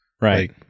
Right